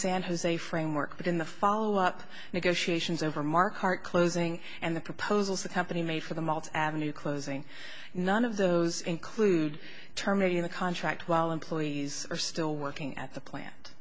san jose framework but in the follow up negotiations over mark hart closing and the proposals the company made for the malts avenue closing none of those include terminating the contract while employees are still working at the plant